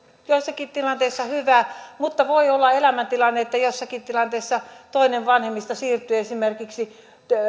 joissakin tilanteissa hyvä mutta voi olla elämäntilanne että jossakin tilanteessa toinen vanhemmista siirtyy esimerkiksi